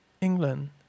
england